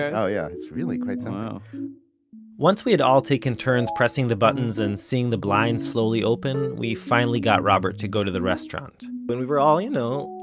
oh yeah. it's really quite something wow once we had all taken turns pressing the buttons and seeing the blinds slowly open, we finally got robert to go to the restaurant and but we were all, you know,